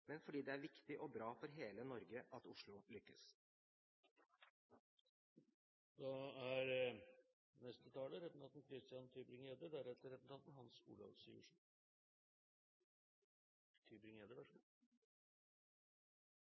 men fordi det er viktig og bra for hele Norge at Oslo